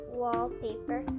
wallpaper